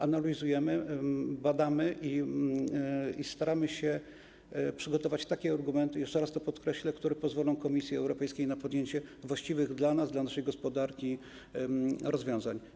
Analizujemy, badamy i staramy się przygotować takie argumenty, jeszcze raz to podkreślę, które pozwolą Komisji Europejskiej na wdrożenie właściwych dla nas, dla naszej gospodarki rozwiązań.